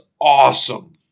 awesome